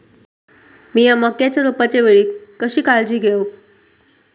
मीया मक्याच्या रोपाच्या वेळी कशी काळजी घेव?